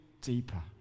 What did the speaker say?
deeper